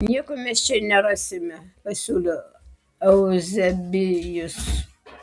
nieko mes čia nerasime pasiūlė euzebijus